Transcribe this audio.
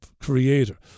creator